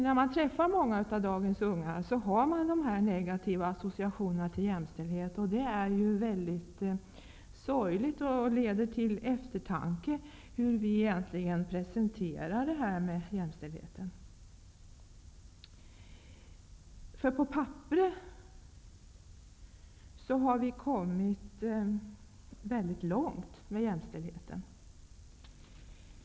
När man träffar dagens unga märker man att de har de här negativa associationerna till jämställdhet. Det är ju väldigt sorgligt. Det leder till eftertanke när det gäller hur vi presenterar begreppet jämställdhet. På papperet har vi kommit väldigt långt med jämställdheten.